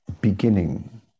beginning